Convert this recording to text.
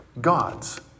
Gods